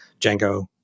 Django